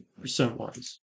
percent-wise